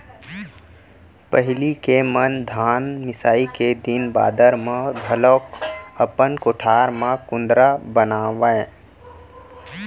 पहिली के मन धान मिसाई के दिन बादर म घलौक अपन कोठार म कुंदरा बनावयँ